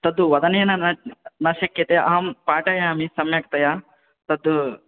तद् वदनेन न न शक्यते अहं पाठयामि सम्यक्तया तत्